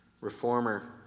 reformer